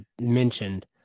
mentioned